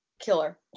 killer